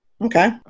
Okay